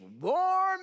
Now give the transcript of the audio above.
warm